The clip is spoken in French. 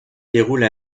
déroule